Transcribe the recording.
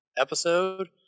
episode